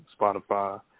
Spotify